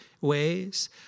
ways